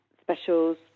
specials